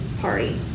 party